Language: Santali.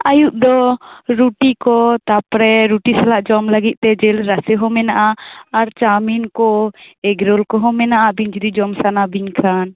ᱟᱭᱩᱵᱽ ᱫᱚ ᱨᱩᱴᱤ ᱠᱚ ᱛᱟᱯᱚᱨᱮ ᱨᱩᱴᱤ ᱥᱟᱞᱟᱜ ᱡᱚᱢ ᱞᱟᱹᱜᱤᱫ ᱛᱮ ᱡᱤᱞ ᱨᱟᱥᱮ ᱦᱚᱸ ᱢᱮᱱᱟᱜᱼᱟ ᱟᱨ ᱪᱟᱣᱢᱤᱱ ᱠᱚ ᱮᱜᱽ ᱨᱳᱞ ᱠᱚᱦᱚᱸ ᱢᱮᱱᱟᱜᱼᱟ ᱟᱵᱤᱱ ᱡᱩᱫᱤ ᱡᱚᱢ ᱥᱟᱱᱟ ᱵᱤᱱ ᱠᱷᱟᱱ